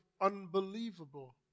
unbelievable